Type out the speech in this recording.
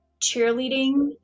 cheerleading